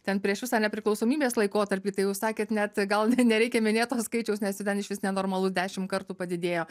ten prieš visą nepriklausomybės laikotarpį tai jau sakėt net gal ne nereikia minėt to skaičiaus nes ten išvis nenormalu dešimt kartų padidėjo